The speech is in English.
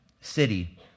city